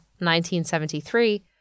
1973